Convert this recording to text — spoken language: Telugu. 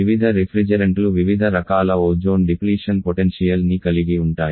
వివిధ రిఫ్రిజెరెంట్లు వివిధ రకాల ఓజోన్ డిప్లీషన్ పొటెన్షియల్ ని కలిగి ఉంటాయి